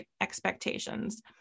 expectations